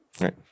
Right